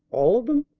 all of them?